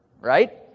right